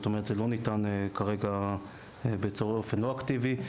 זאת אומרת שזה לא ניתן כרגע בצורת אופן לא אקטיבית.